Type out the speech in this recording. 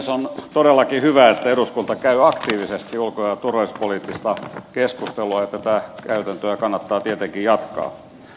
on todellakin hyvä että eduskunta käy aktiivisesti ulko ja turvallisuuspoliittista keskustelua ja tätä käytäntöä kannattaa tietenkin jatkaa